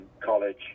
college